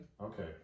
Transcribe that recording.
Okay